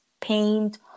paint